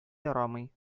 ярамый